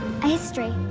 history.